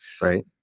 Right